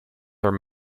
their